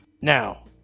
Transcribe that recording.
Now